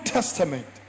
Testament